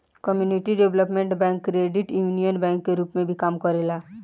community development bank credit union bank के रूप में भी काम करेला